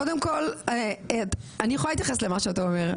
אני יכולה להתייחס למה שאתה אומר.